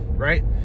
right